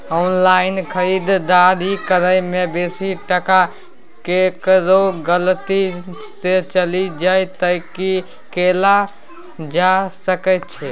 Online खरीददारी करै में बेसी टका केकरो गलती से चलि जा त की कैल जा सकै छै?